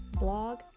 blog